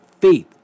Faith